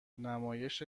نمایش